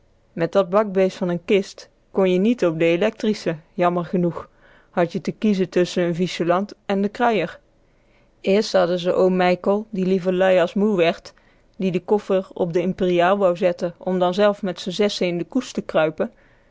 met dat bakbeest van n kist kon je niet op de electrische jammer genoeg had je te kiezen tusschen n viesjelant en de kruier eerst hadden ze oom mijkel die liever lui as moe werd die de koffer op de imperjaal wou zetten om dan zelf met z'n zessen in de koes te kruipen